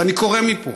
ואני קורא מפה